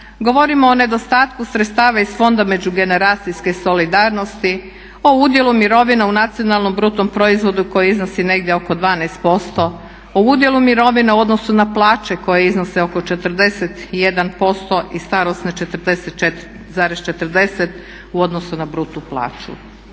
Govorimo o nedostatku sredstava iz Fonda međugeneracijske solidarnosti, o udjelu mirovina u nacionalnom bruto proizvodu koji iznosi negdje oko 12%, o udjelu mirovina u odnosu na plaće koje iznose oko 41% i starosne 44,40 u odnosu na bruto plaću.